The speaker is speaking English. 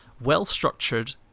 well-structured